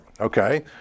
Okay